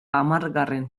hamargarren